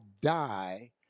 die